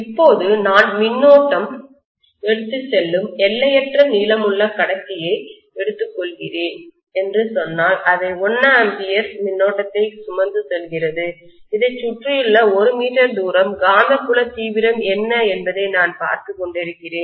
இப்போது நான் மின்னோட்டம் கரண்ட்டை எடுத்துச்செல்லும் எல்லையற்ற நீளமுள்ள கடத்தியை எடுத்துக்கொள்கிறேன் என்று சொன்னால் அதைச் 1 A மின்னோட்டத்தை சுமந்து செல்கிறது இதைச் சுற்றியுள்ள 1 மீட்டர் தூரம் காந்தப்புல தீவிரம் என்ன என்பதை நான் பார்த்துக் கொண்டிருக்கிறேன்